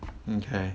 okay